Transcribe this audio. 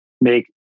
make